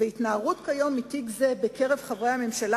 וההתנערות כיום מתיק זה בקרב חברי הממשלה